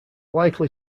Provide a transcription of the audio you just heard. likely